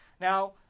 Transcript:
Now